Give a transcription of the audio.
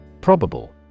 Probable